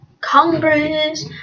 Congress